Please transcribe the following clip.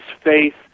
faith